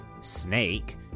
Snake